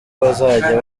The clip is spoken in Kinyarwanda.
bazajya